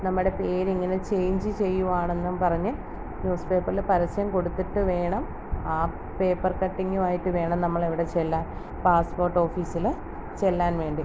നമ്മുടെ പേരിങ്ങനെ ചേഞ്ച് ചെയ്യുവാണെന്നുമ്പറഞ്ഞ് ന്യൂസ് പേപ്പറിൽ പരസ്യം കൊടുത്തിട്ട് വേണം ആ പേപ്പർ കട്ടിങ്ങുവായിട്ട് വേണം നമ്മളവിടെ ചെല്ലാൻ പാസ്പ്പോട്ടോഫീസിൽ ചെല്ലാൻ വേണ്ടി